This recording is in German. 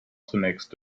zunächst